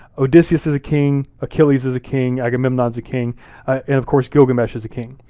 odysseus is a king, achilles is a king, agamemnon's a king, and of course gilgamesh is a king.